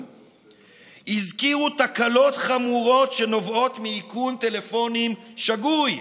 הזכירו תקלות חמורות שנובעות מאיכון טלפונים שגוי,